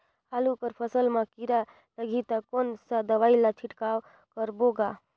आलू कर फसल मा कीरा लगही ता कौन सा दवाई ला छिड़काव करबो गा?